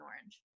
orange